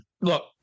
Look